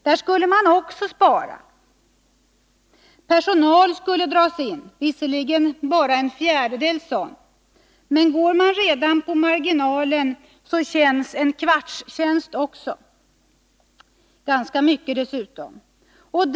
Där skulle man också spara — personal skulle dras in. Det gällde visserligen bara en fjärdedels tjänst, men utnyttjar man redan marginalen känner man av också en indragning av en kvarts tjänst.